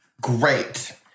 Great